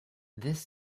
this